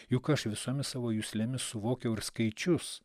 juk aš visomis savo juslėmis suvokiau ir skaičius